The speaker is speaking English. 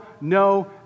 no